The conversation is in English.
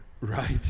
Right